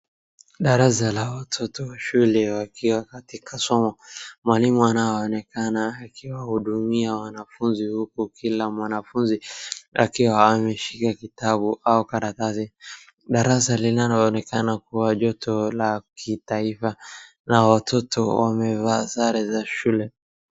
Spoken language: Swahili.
Darasa la watoo shule wakiwa katika somo. Mwalimu anaonekana akiwahudumia wanafunzi huku kila mwanafunzi akiwa ameshika kitabu au karatasi. Darasa linaloonekana kuwa joto la kitaifa na watoto wamevaa sare za shule.